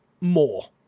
more